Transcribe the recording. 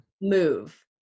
move